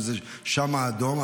שבו האדום,